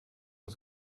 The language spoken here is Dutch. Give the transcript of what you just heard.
het